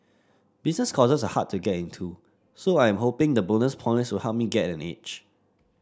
business courses are hard to get into so I am hoping the bonus points will help me get an edge